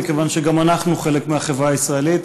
מכיוון שגם אנחנו חלק מהחברה הישראלית,